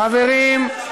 חברים,